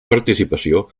participació